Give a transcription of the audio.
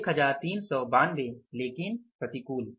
1392 लेकिन प्रतिकूल